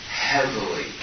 heavily